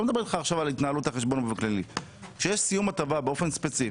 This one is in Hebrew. לא מדבר עכשיו על התנהלות כללית של החשבון - ואני מדבר